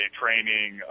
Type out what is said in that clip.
training